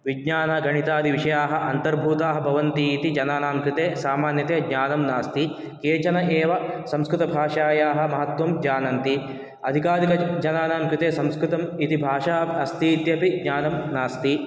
विज्ञानगणितादिविषयाः अन्तर्भूताः भवन्ति इति जनानां कृते सामान्यतया ज्ञानं नास्ति केचन एव संस्कृतभाषायाः महत्वं जानन्ति अधिकाधिकजनानां कृते संस्कृतम् इति भाषा अस्तीत्यपि ज्ञानं नास्ति